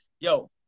Yo